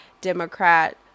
Democrat